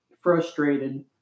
frustrated